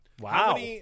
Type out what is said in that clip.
Wow